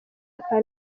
akaba